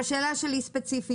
יש לי שתי שאלות ספציפיות.